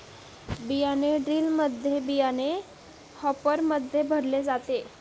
बियाणे ड्रिलमध्ये बियाणे हॉपरमध्ये भरले जाते